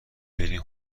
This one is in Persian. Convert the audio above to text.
برین